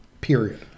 period